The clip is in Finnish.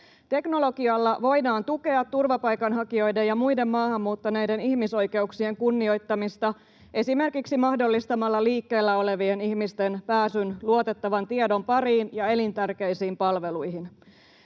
Teknologialla voidaan tukea turvapaikanhakijoiden ja muiden maahanmuuttaneiden ihmisoikeuksien kunnioittamista esimerkiksi mahdollistamalla liikkeellä olevien ihmisten pääsy luotettavan tiedon pariin ja elintärkeisiin palveluihin.